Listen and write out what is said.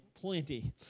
plenty